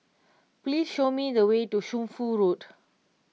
please show me the way to Shunfu Road